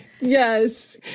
Yes